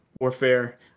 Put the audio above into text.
warfare